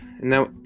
now